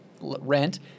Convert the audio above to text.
rent